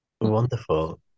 Wonderful